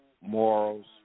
morals